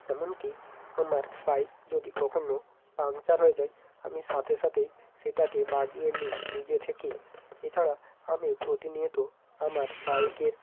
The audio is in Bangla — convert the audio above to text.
এমনকি আমার বাইক যদি কখনো পাংচার হয়ে যায় আমি সাথে সাথেই সেটাকে বাগিয়ে নিই নিজে থেকেই এছাড়া আমি প্রতিনিয়ত আমার বাইকের